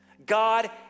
God